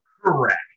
correct